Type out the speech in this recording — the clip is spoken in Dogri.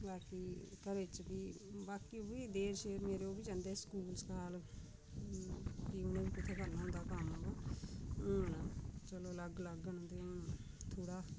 बाकी घरै च बी बाकी ओह् बी देर शेर मेरे ओह् बी जंदे स्कूल स्काल फ्ही उ'नें बी कुत्थै करना होंदा कम्म बा हून चलो अलग अलग न उं'दे हून थोह्ड़ा